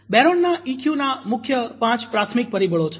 બેરોનના EQ ના મુખ્ય પાંચ પ્રાથમિક પરિબળો છે